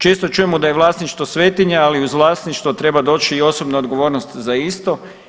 Često čujemo da je vlasništvo svetinja, ali uz vlasništvo treba doći i osobna odgovornost za isto.